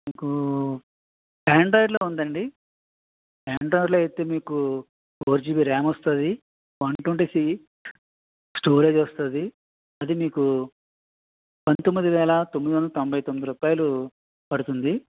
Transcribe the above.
మీకూ ఆండ్రాయిడ్లో ఉంది అండి ఆండ్రాయిడ్లో అయితే మీకు ఫోర్ జిబి ర్యామ్ వస్తుంది వన్ ట్వెంటీ త్రీ స్టోరేజ్ వస్తుంది అది మీకు పంతొమ్మిది వేల తొమ్మిది వందల తొంబై తొమ్మిది రూపాయలు పడుతుంది